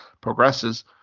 progresses